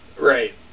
Right